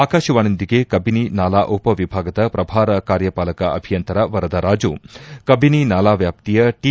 ಆಕಾಶವಾಣಿಯೊಂದಿಗೆ ಕಬಿನಿ ನಾಲಾ ಉಪವಿಭಾಗದ ಪ್ರಭಾರ ಕಾರ್ಯಪಾಲಕ ಅಭಿಯಂತರ ವರದರಾಜು ಕಬಿನಿ ನಾಲಾ ವ್ಯಾಪ್ತಿಯ ಟಿ